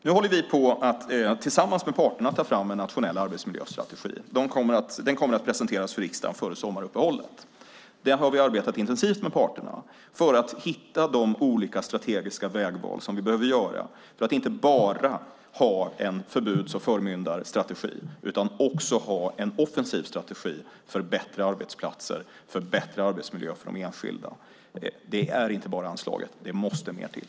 Nu håller vi tillsammans med parterna på att ta fram en nationell arbetsmiljöstrategi. Den kommer att presenteras för riksdagen före sommaruppehållet. Där har vi arbetat intensivt med parterna för att hitta de olika strategiska vägval som vi behöver göra för att inte bara ha en förbuds och förmyndarstrategi utan också en offensiv strategi för bättre arbetsplatser och för bättre arbetsmiljö för de enskilda. Det handlar inte bara om anslaget; det måste mer till.